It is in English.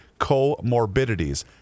comorbidities